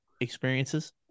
experiences